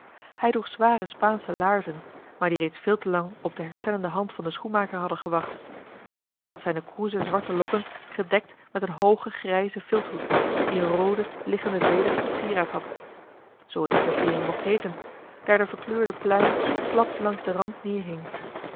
hij droeg zware spaansche laarzen maar die reeds veel te lang op de herstellende hand van den schoenmaker hadden gewacht hij had zijne kroeze zwarte lokken gedekt met een hoogen grijzen vilthoed die een roode liggende veder tot sieraad had zoo het eene versiering mocht heeten daar de verkleurde pluim slap langs den rand